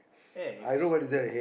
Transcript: eggs